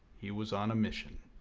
he was on a mission.